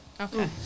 Okay